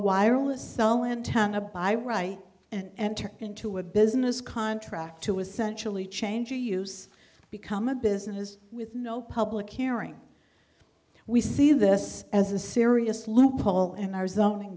wireless cell antenna by right and turn into a business contract to essentially change or use become a business with no public hearing we see this as a serious loophole and arizona